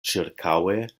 ĉirkaŭe